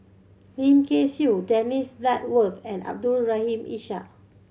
Lim Kay Siu Dennis Bloodworth and Abdul Rahim Ishak